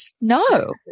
No